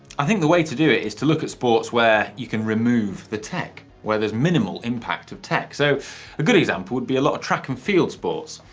i think the way to do it is to look at sports where you can remove the tech, where there's minimal impact of tech. though a good example would be a lot of track and field sports.